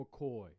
McCoy